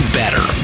better